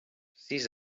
sis